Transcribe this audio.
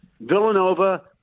Villanova